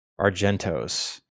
Argentos